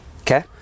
okay